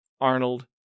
Arnold